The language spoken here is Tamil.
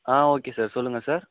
ஆ ஓகே சார் சொல்லுங்கள் சார்